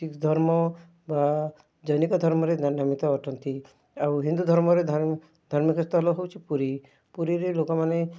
ଶିଖ୍ ଧର୍ମ ବା ଜୈନିକ ଧର୍ମରେ ଦଣ୍ଡମିତ ଅଟନ୍ତି ଆଉ ହିନ୍ଦୁ ଧର୍ମରେ ଧର୍ମ ଧାର୍ମିକ ସ୍ଥଲ ହେଉଛି ପୁରୀ ପୁରୀରେ ଲୋକମାନେ